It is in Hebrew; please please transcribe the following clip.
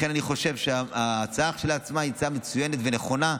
לכן אני חושב שההצעה כשלעצמה היא הצעה מצוינת ונכונה,